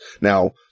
Now